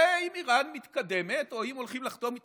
ואם איראן מתקדמת או אם הולכים לחתום איתה